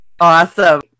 awesome